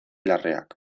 larreak